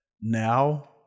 now